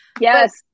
yes